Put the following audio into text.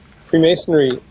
Freemasonry